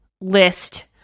list